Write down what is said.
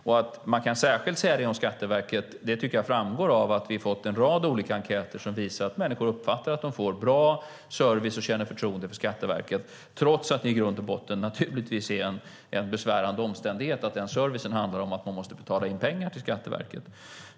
Att man särskilt kan säga det om Skatteverket tycker jag framgår av att vi har fått en rad olika enkäter som visar att människor uppfattar att de får bra service och känner förtroende för Skatteverket, trots att det i grund och botten är en besvärande omständighet att servicen handlar om att man måste betala in pengar till Skatteverket.